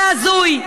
זה הזוי.